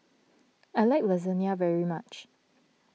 I like Lasagne very much